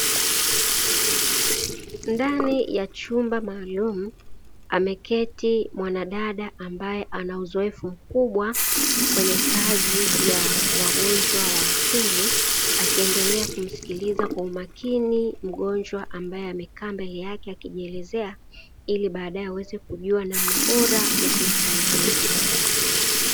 Ndani ya chumba maalumu ameketi mwanadada ambaye ana uzoefu mkubwa kwenye kazi ya wagonjwa wa akili, akiendelea kumsikiliza kwa umakini mgonjwa ambaye amekaa mbele yake akijielezea ili baadaye aweze kujua namna bora ya kumsaidia.